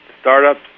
startups